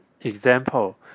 example